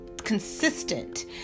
consistent